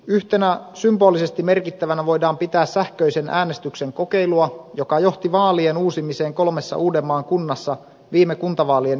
yhtenä symbolisesti merkittävänä voidaan pitää sähköisen äänestyksen kokeilua joka johti vaalien uusimiseen kolmessa uudenmaan kunnassa viime kuntavaalien yhteydessä